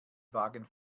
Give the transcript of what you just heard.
wagen